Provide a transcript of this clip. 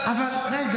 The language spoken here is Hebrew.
זה קרה